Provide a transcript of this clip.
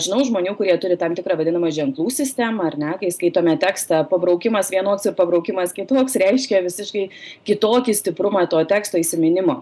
žinau žmonių kurie turi tam tikrą vadinamą ženklų sistemą ar ne kai skaitome tekstą pabraukimas vienoks ir pabraukimas kitoks reiškia visiškai kitokį stiprumą to teksto įsiminimo